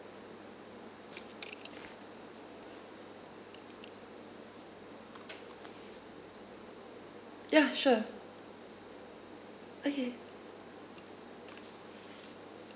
ya sure okay